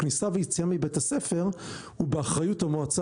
הכניסה והיציאה מבית הספר הוא באחריות המועצה